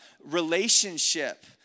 relationship